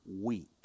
week